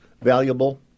valuable